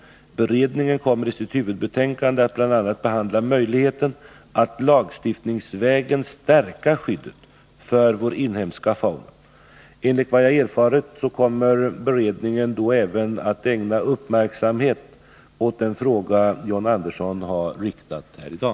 Beredningen kommer i sitt huvudbetänkande att bl.a. behandla möjligheten att lagstiftningsvägen stärka skyddet för vår inhemska fauna. Enligt vad jag erfarit kommer beredningen då även att ägna uppmärksamhet åt den fråga John Andersson riktat till mig.